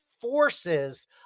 forces